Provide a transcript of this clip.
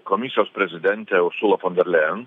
komisijos prezidentė ursula fon der lejen